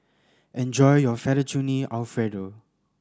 enjoy your Fettuccine Alfredo